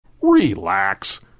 Relax